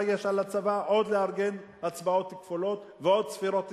יש על הצבא לארגן הצבעות כפולות ועוד ספירות כפולות,